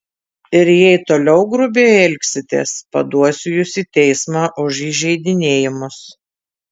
ir jei toliau grubiai elgsitės paduosiu jus į teismą už įžeidinėjimus